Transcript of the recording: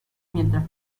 mientras